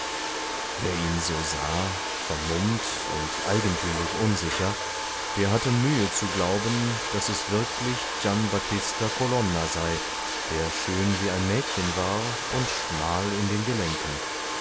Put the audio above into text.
wer ihn so sah vermummt und eigentümlich unsicher der hatte mühe zu glauben daß es wirklich gian battista colonna sei der schön wie ein mädchen war und schmal in den gelenken